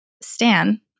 Stan